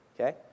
okay